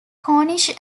cornish